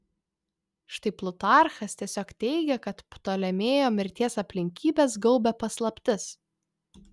štai plutarchas tiesiog teigia kad ptolemėjo mirties aplinkybes gaubia paslaptis